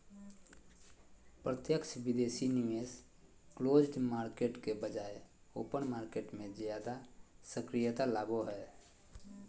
प्रत्यक्ष विदेशी निवेश क्लोज्ड मार्केट के बजाय ओपन मार्केट मे ज्यादा सक्रियता लाबो हय